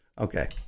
Okay